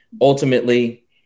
ultimately